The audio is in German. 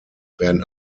werden